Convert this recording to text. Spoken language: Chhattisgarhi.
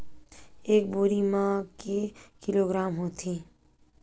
एक बोरी म के किलोग्राम होथे?